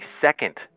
second